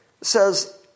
says